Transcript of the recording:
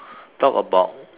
talk about